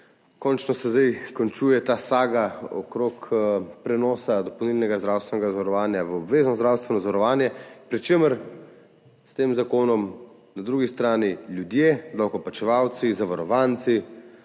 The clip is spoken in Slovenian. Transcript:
Končno se zdaj končuje ta saga okrog prenosa dopolnilnega zdravstvenega zavarovanja v obvezno zdravstveno zavarovanje, pri čemer s tem zakonom na drugi strani ljudje, davkoplačevalci, zavarovanci,